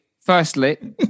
firstly